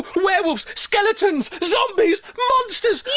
werewolves. skeletons. zombies. monsters.